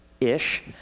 ish